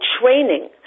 training